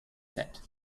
set